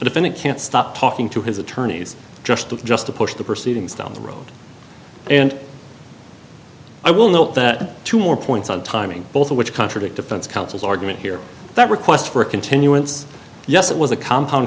to defend it can't stop talking to his attorneys just to just to push the proceedings down the road and i will note that two more points on timing both of which contradict defense counsel's argument here that request for a continuance yes it was a compound